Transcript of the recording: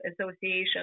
association